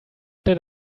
did